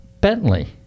Bentley